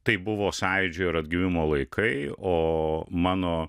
tai buvo sąjūdžio ir atgimimo laikai o mano